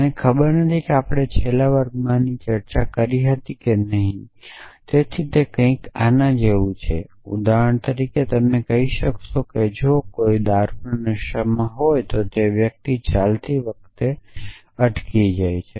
મને ખબર નથી કે આપણે છેલ્લા વર્ગમાં આની ચર્ચા કરી હતી કે નહીં તેથી તે કૈંકઆના જેવું છે ઉદાહરણ તરીકે તમે કહી શકો કે જો કોઈ દારૂના નશામાં હોય તો તે વ્યક્તિ ચાલતી વખતે અટકી જાય છે